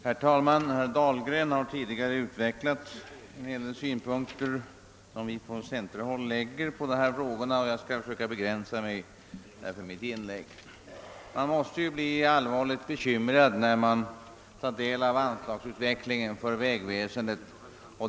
Herr talman! Herr Dahlgren har tidigare utvecklat de synpunkter som vi på centerhåll anlägger på dessa frågor. Jag skall därför försöka begränsa mitt inlägg. Man blir allvarligt bekymrad när man tar del av anslagsutvecklingen för vägväsendet.